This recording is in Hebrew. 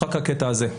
רק הקטע הזה.